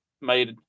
made